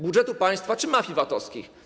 Budżetu państwa czy mafii VAT-owskich?